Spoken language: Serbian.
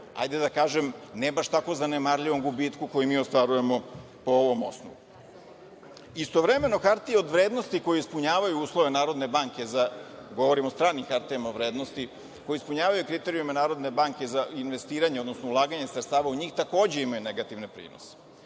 Radi se o ne baš tako zanemarljivom gubitku koji mi ostvarujemo po ovom osnovu. Istovremeno hartije od vrednosti koje ispunjavaju uslove Narodne banke, govorim o stranim hartijama od vrednosti, koje ispunjavaju kriterijume Narodne banke za investiranje, odnosno ulaganje sredstava u njih, takođe imaju negativne prinose. Dakle,